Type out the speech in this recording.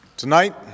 Tonight